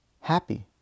happy